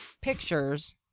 pictures